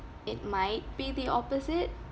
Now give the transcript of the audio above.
it might be the opposite